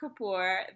Kapoor